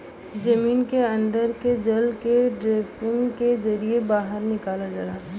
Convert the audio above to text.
जमीन के अन्दर के जल के ड्राफ्टिंग के जरिये बाहर निकाल जाला